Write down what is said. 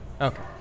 Okay